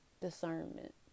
Discernment